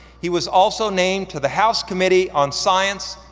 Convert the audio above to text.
he was also named to the house committee on science,